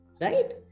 Right